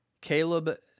caleb